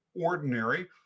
ordinary